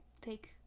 take